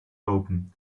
opened